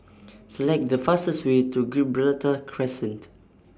Select The fastest Way to Gibraltar Crescent